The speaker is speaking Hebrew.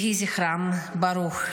יהי זכרם ברוך.